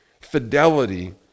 fidelity